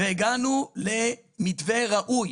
והגענו למתווה ראוי